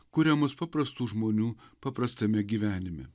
kuriamus paprastų žmonių paprastame gyvenime